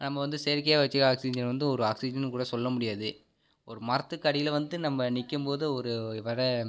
நம்ம வந்து செயற்கையாக வச்சு ஆக்சிஜன் வந்து ஒரு ஆக்சிஜன்னும் கூட சொல்ல முடியாது ஒரு மரத்துக்கடியில் வந்து நம்ம நிற்கும்போது ஒரு வர